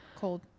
Cold